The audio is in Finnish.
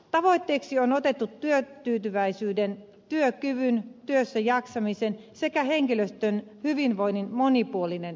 tavoitteeksi on otettu työtyytyväisyyden työkyvyn työssäjaksamisen sekä henkilöstön hyvinvoinnin monipuolinen edistäminen